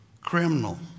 criminal